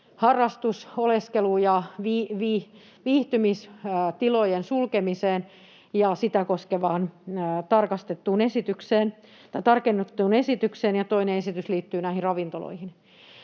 harrastus-, oleskelu- ja viihtymistilojen sulkemiseen ja sitä koskevaan tarkennettuun esitykseen. Toinen esitys liittyy ravintoloihin.